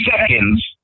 seconds